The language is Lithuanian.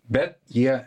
bet jie